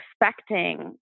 expecting